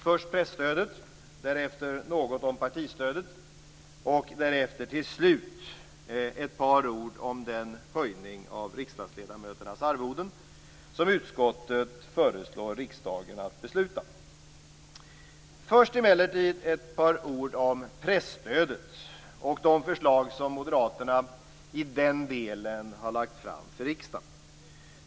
Först presstödet, därefter något om partistödet och därefter till slut ett par ord om den höjning av riksdagsledamöternas arvoden som utskottet föreslår riksdagen att besluta. Först emellertid ett par ord om presstödet och de förslag som Moderaterna i den delen har lagt fram för riksdagen.